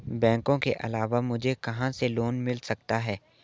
बैंकों के अलावा मुझे कहां से लोंन मिल सकता है?